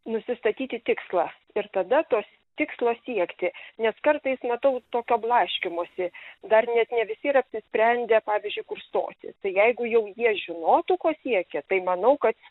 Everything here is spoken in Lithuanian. nusistatyti tikslą ir tada to tikslo siekti nes kartais matau tokio blaškymosi dar net ne visi ir apsisprendę pavyzdžiui kur stoti tai jeigu jau jie žinotų ko siekia tai manau kad